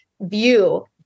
view